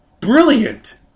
brilliant